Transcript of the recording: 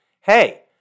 Hey